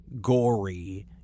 gory